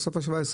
סוף ה-17.